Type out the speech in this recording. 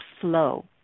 flow